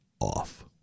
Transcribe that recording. off